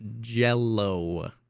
jello